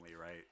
right